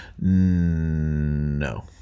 No